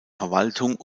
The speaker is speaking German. verwaltung